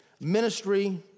Ministry